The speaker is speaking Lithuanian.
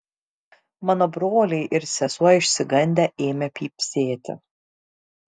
mano broliai ir sesuo išsigandę ėmė pypsėti